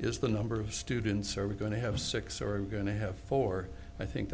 is the number of students are we going to have six or are going to have four i think